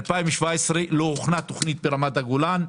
מ-2017 לא הוכנה תכנית לגבי רמת הגולן.